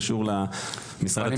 קשור למשרד התקשורת.